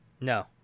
No